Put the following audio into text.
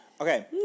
Okay